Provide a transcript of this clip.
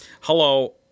Hello